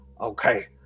Okay